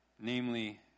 namely